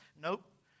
Nope